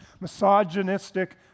misogynistic